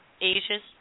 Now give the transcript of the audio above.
Asia's